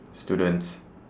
students